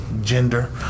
gender